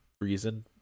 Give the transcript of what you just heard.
reason